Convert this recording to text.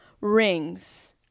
rings